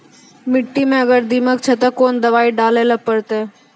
मिट्टी मे अगर दीमक छै ते कोंन दवाई डाले ले परतय?